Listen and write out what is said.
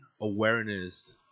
awareness